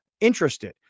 interested